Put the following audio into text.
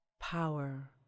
power